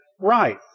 right